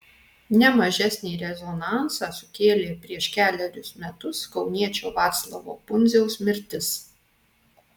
ne mažesnį rezonansą sukėlė prieš kelerius metus kauniečio vaclovo pundziaus mirtis